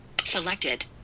selected